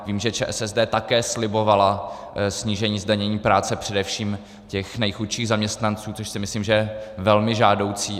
Vím, že ČSSD také slibovala snížení zdanění práce především těch nejchudších zaměstnanců, což si myslím, že je velmi žádoucí.